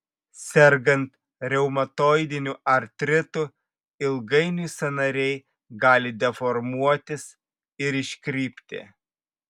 sergant reumatoidiniu artritu ilgainiui sąnariai gali deformuotis ir iškrypti